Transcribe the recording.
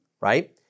right